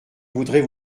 voudrais